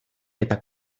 eta